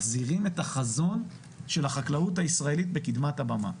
מחזירים את החזון של החקלאות הישראלית לקדמת הבמה.